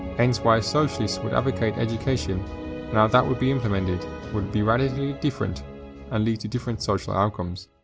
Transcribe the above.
hence why a socialist would advocate education and how that would be implemented would be radically different and lead to different social outcomes.